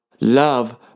love